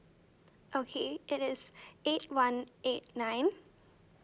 okay it is eight one eight nine